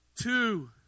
Two